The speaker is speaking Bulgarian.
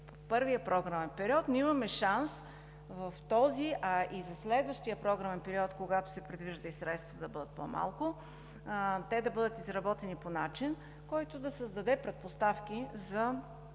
първия програмен период, но имаме шанс в този, а и за следващия програмен период, когато се предвижда и средствата да бъдат по малко, те да бъдат изработени по начин, който да създаде предпоставки за